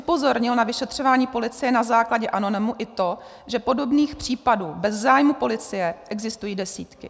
Upozornil na vyšetřování policie na základě anonymu i to, že podobných případů bez zájmu policie existují desítky.